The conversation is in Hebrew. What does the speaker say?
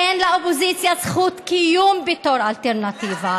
אין לאופוזיציה זכות קיום בתור אלטרנטיבה.